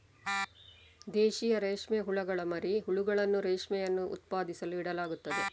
ದೇಶೀಯ ರೇಷ್ಮೆ ಹುಳುಗಳ ಮರಿ ಹುಳುಗಳನ್ನು ರೇಷ್ಮೆಯನ್ನು ಉತ್ಪಾದಿಸಲು ಇಡಲಾಗುತ್ತದೆ